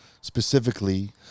specifically